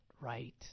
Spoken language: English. right